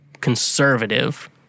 conservative